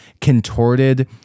contorted